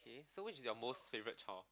so which is your most favourite chore